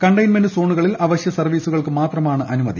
containment സോണുകളിൽ അവശ്യ സർവ്വീസുകൾക്ക് മാത്രമാണ് അനുമതി